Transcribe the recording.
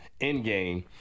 Endgame